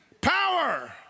Power